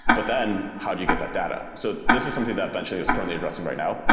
but then how do you get that data? so this is something that benchling is currently addressing right now.